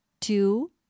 two